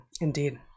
Indeed